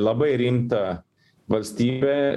labai rimta valstybė